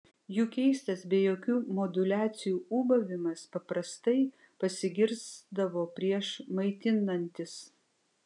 jų keistas be jokių moduliacijų ūbavimas paprastai pasigirsdavo prieš maitinantis